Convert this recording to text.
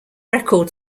record